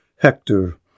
Hector